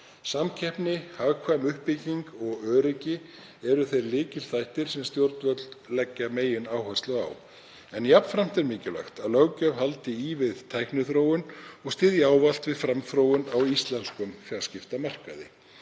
Samkeppni, hagkvæm uppbygging og öryggi eru þeir lykilþættir sem stjórnvöld leggja megináherslu á, en jafnframt er mikilvægt að löggjöf haldi í við tækniþróun og styðji ávallt við framþróun á íslenskum fjarskiptamarkaði.